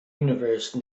universe